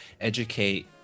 educate